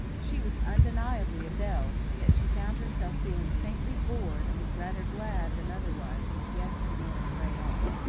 she was undeniably a belle, yet she found herself feeling faintly bored and was rather glad than otherwise when the guests began to fray off.